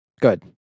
Good